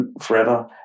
forever